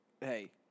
Hey